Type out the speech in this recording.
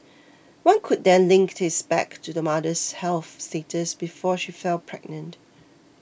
one could then link this back to the mother's health status before she fell pregnant